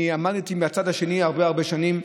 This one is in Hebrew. אני עמדתי מהצד השני הרבה הרבה שנים.